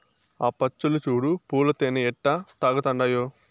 ఆ పచ్చులు చూడు పూల తేనె ఎట్టా తాగతండాయో